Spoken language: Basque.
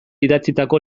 idatzitako